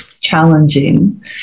challenging